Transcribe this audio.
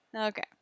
Okay